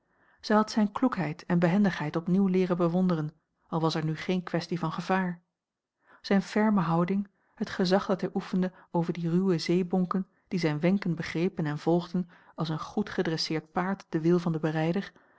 zij had zijne kloekheid en behendigheid opnieuw leeren bewonderen al was er nu geene kwestie van gevaar zijne ferme houding het gezag dat hij oefende over die ruwe zeebonken die zijne wenken begrepen en volgden als een goed gedresseerd paard den wil van den berijder